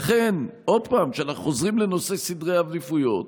לכן, עוד פעם, כשאנחנו חוזרים לנושא סדרי העדיפות,